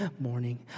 morning